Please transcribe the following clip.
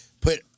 put